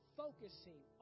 focusing